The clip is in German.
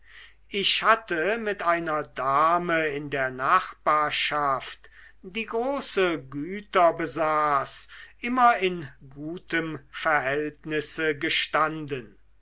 ich hatte mit einer dame in der nachbarschaft die große güter besaß immer in gutem verhältnisse gestanden